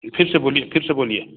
फिर से बोलिए फिर से बोलिए